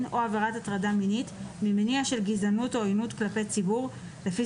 או עבירת הטרדה מינית ממניע של גזענות או עוינות כלפי ציבור לפי